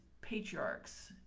patriarchs